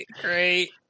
great